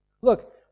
Look